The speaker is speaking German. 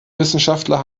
wissenschaftler